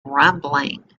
rumbling